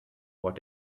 what